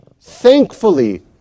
thankfully